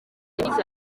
yagize